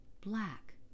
black